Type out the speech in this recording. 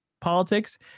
politics